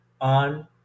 on